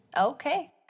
Okay